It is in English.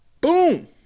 Boom